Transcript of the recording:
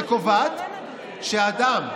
שקובעת שאדם,